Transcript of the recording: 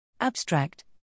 Abstract